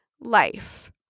life